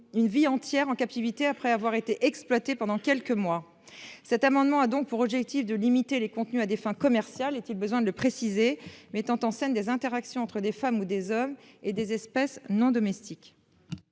une vie entière en captivité. Après avoir été exploité pendant quelques mois. Cet amendement a donc pour objectif de limiter les contenus à des fins commerciales. Est-il besoin de le préciser, mettant en scène des interactions entre des femmes ou des hommes et des espèces non domestique.